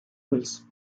rules